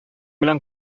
белән